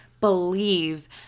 believe